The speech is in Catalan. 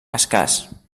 escàs